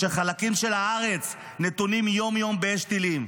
כשחלקים של הארץ נתונים יום-יום באש טילים.